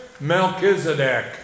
Melchizedek